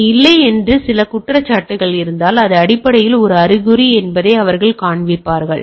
அது இல்லை என்று சில குற்றச்சாட்டுகள் இருந்தால் அது அடிப்படையில் ஒரு அறிகுறி என்பதை அவர்கள் காண்பிப்பார்கள்